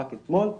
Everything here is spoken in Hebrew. רק אתמול.